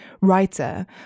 writer